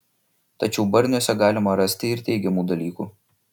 tačiau barniuose galima rasti ir teigiamų dalykų